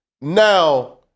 Now